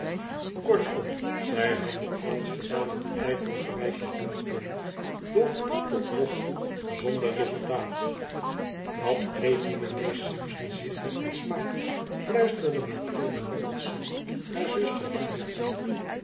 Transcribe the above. kortom zij hadden alles gedaan wat ijverige meisjes doenkunnen doch tot nogtoe zonder resultaat wat kleedt die meneer simpson zich met een smaak fluisterde mathilde maplesone haar zuster julia in